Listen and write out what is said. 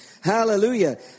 Hallelujah